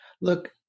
look